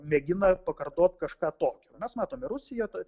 mėgina pakartot kažką tokio mes matome rusiją tad